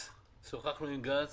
שוחחנו עם גנץ